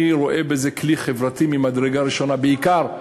אני רואה בזה כלי חברתי ממדרגה ראשונה, בעיקר,